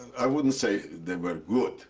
i wouldn't say they were good